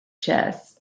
chess